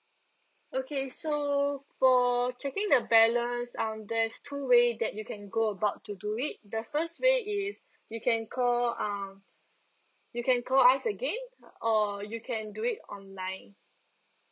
okay so for checking the balance um there's two way that you can go about to do it the first way is you can call um you can call us again or you can do it online